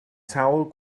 sawl